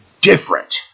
different